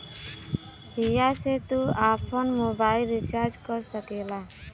हिया से तू आफन मोबाइल रीचार्ज कर सकेला